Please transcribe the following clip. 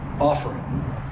offering